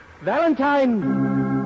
Valentine